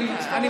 מי השופט?